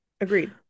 agreed